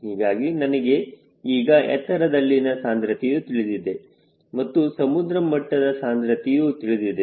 ಹೀಗಾಗಿ ನನಗೆ ಈಗ ಎತ್ತರದಲ್ಲಿನ ಸಾಂದ್ರತೆಯು ತಿಳಿದಿದೆ ಮತ್ತು ಸಮುದ್ರಮಟ್ಟದ ಸಾಂದ್ರತೆಯು ತಿಳಿದಿದೆ